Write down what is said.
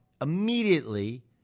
immediately